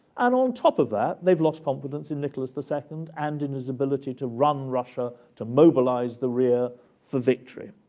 and on top of that, they've lost confidence in nicholas the second and in his ability to run russia, to mobilize the rear for victory.